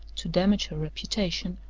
to damage her reputation,